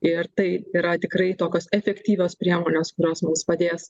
ir tai yra tikrai tokios efektyvios priemonės kurios mums padės